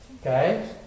Okay